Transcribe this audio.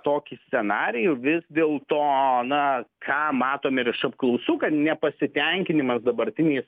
tokį scenarijų vis dėlto na ką matome ir iš apklausų kad nepasitenkinimas dabartiniais